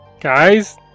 Guys